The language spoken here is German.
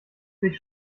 sich